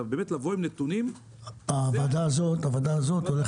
אלא לבוא עם נתונים --- הוועדה הזאת הולכת